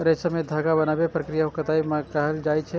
रेशा कें धागा बनाबै के प्रक्रिया कें कताइ कहल जाइ छै